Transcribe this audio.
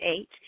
eight